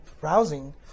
browsing